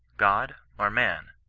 god, or man?